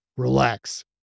relax